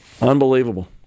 Unbelievable